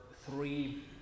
three